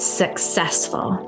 successful